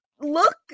look